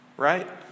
right